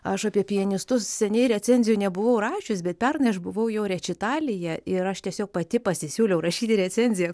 aš apie pianistus seniai recenzijų nebuvau rašius bet pernai aš buvau jo rečitalyje ir aš tiesiog pati pasisiūliau rašyti recenziją